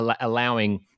allowing